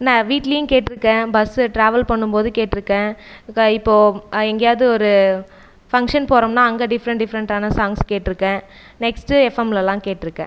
நான் வீட்லேயும் கேட்டிருக்கேன் பஸ் ட்ராவல் பண்ணும் போது கேட்டிருக்கேன் க இப்போது எங்கேயாது ஒரு ஃபங்ஷன் போகிறோம்னா அங்கே டிஃப்ரென்ட் டிஃப்ரென்ட்டான சாங்ஸ் கேட்டிருக்கேன் நெக்ஸ்ட் எஃப்ஃபம்லெலாம் கேட்டிருக்கேன்